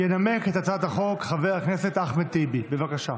ינמק את הצעת החוק חבר הכנסת אחמד טיבי, בבקשה.